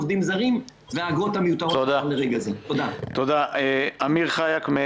ובנוסף, יש לי שאלה שמאוד חשוב לי לשמוע מכם: